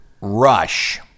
Rush